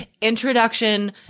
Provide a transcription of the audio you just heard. introduction